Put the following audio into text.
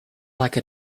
like